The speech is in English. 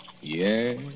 Yes